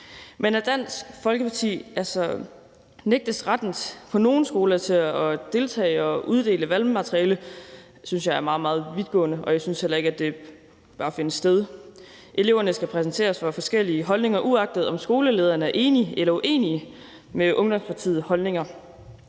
Men at Dansk Folkeparti på nogle skoler nægtes retten til at deltage og uddele valgmateriale, synes jeg er meget, meget vidtgående, og jeg synes heller ikke, at det bør finde sted. Eleverne skal præsenteres for forskellige holdninger, uagtet om skolelederen er enig eller uenig med ungdomspartiets holdninger.